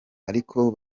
ariko